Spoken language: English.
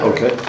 Okay